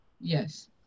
Yes